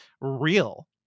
real